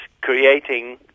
creating